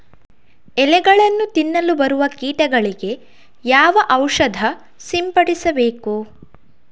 ಎಲೆಗಳನ್ನು ತಿನ್ನಲು ಬರುವ ಕೀಟಗಳಿಗೆ ಯಾವ ಔಷಧ ಸಿಂಪಡಿಸಬೇಕು?